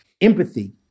Empathy